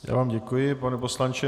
Já vám děkuji, pane poslanče.